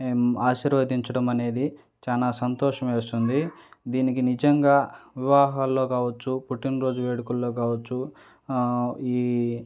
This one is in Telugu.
ఆశీర్వదించడం అనేది చాలా సంతోషం వేస్తుంది దీనికి నిజంగా వివాహాల్లో కావచ్చు పుట్టినరోజు వేడుకల్లో కావచ్చు ఈ